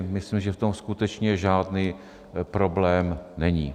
Myslím, že v tom skutečně žádný problém není.